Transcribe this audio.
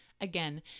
Again